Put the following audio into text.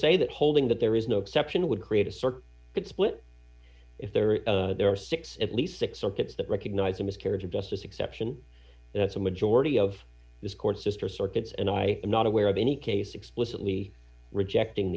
say that holding that there is no exception would create a circle that split if there are there are six at least six circuits that recognize a miscarriage of justice exception and that's a majority of this court sister circuits and i am not aware of any case explicitly rejecting